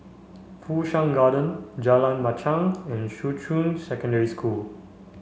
Fu Shan Garden Jalan Machang and Shuqun Secondary School